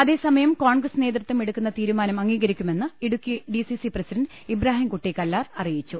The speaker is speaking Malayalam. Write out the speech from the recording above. അതേ സമയം കോൺഗ്രസ് നേതൃത്വം എടുക്കുന്ന തീരു മാനം അംഗീകരിക്കുമെന്ന് Idukki D C C president Ibrahim Kutty Kallar അറിയിച്ചു